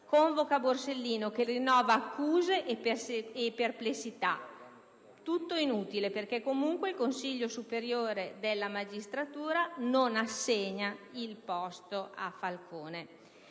convoca Borsellino, che rinnova accuse e perplessità. È tutto inutile, perché il Consiglio superiore della magistratura non assegna il posto a Falcone.